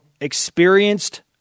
experienced